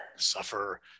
suffer